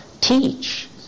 teach